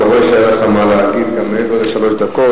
אתה רואה שהיה לך מה להגיד גם מעבר לשלוש דקות.